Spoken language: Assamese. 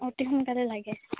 অতি সোনকালে লাগে